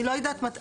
אני לא יודעת מה.